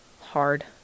hard